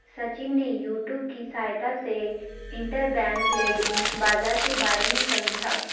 सचिन ने यूट्यूब की सहायता से इंटरबैंक लैंडिंग बाजार के बारे में समझा